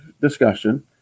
discussion